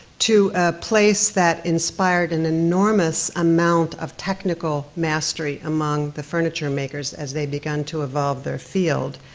to a place that inspired an enormous amount of technical mastery among the furniture makers as they began to evolve their field.